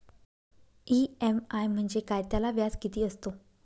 EMI म्हणजे काय? त्याला व्याज किती असतो?